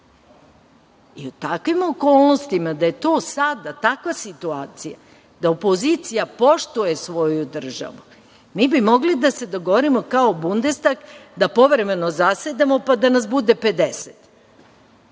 U takvim okolnostima, da je to sada, takva situacija, da opozicija poštuje svoju državu, mi bi mogli da se dogovorimo kao Bundestag da povremeno zasedamo, pa da nas bude 50.